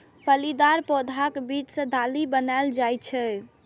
फलीदार पौधाक बीज सं दालि बनाएल जाइ छै